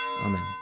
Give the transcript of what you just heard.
Amen